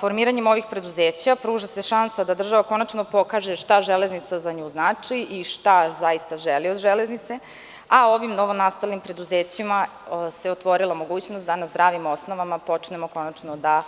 Formiranjem ovih preduzeća pruža se šansa da država konačno pokaže šta železnica za nju znači i šta zaista želi od železnice, a ovim novonastalim preduzećima se otvorila mogućnost da na zdravim osnovama počnemo konačno da